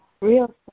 Real